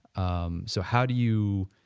um so how do you,